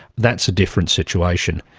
that's a different situation.